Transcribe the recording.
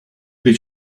they